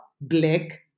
black